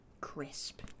Crisp